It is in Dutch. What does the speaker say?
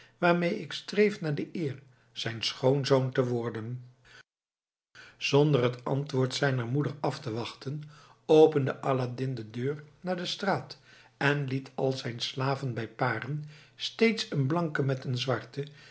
waarmee ik streef naar de eer zijn schoonzoon te worden zonder het antwoord zijner moeder af te wachten opende aladdin de deur naar de straat en liet al zijn slaven bij paren steeds een blanken met een zwarten